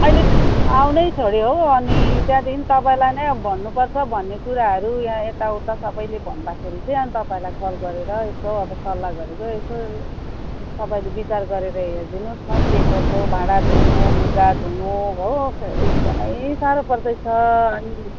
अहिले त्यो त आउनै छोड्यो हौ अनि त्यहाँदेखि तपाईँलाई नै भन्नुपर्छ भन्ने कुराहरू यहाँ यताउता सबैले भन्दाखेरि चाहिँ अन्त तपाईँलाई कल गरेर यसो अब सल्लाह गरेको यसो तपाईँले विचार गरेर हेरिदिनु होस् न के कसो हो भाँडा धुनु लुगा धुनु हो एकदमै साह्रो पर्दैछ अनि